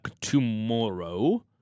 tomorrow